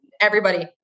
everybody-